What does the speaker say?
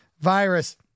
virus